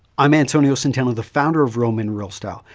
i'm antonio centeno, the founder of real men real style.